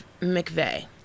McVeigh